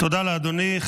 תודה לאדוני.